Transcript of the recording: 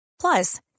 Plus